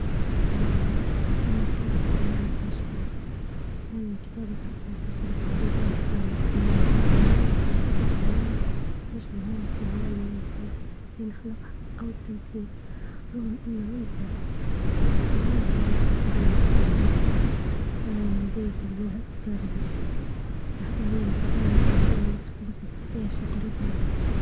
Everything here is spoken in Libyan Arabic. والله نحب نختار نكون مؤلف مشهور، لإن الكتابة تعطيني فرصة للتعبيرعن أفكاري وأحلامي بشكل عميق، أخلي الناس يعيشوا معايا في العوالم اللي نخلقها أو التمثيل رغم إنه ممتع لكن ما يعطيني نفس الحرية في التعبير، زي التعبير عن أفكاري وهكي، الكتابة اللي تخليني نتركه بس نحط فيها في قلوب الناس.